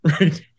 right